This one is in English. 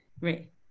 Right